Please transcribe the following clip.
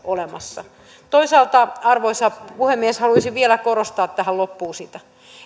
olemassa toisaalta arvoisa puhemies haluaisin vielä korostaa tähän loppuun sitä